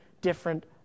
different